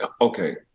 okay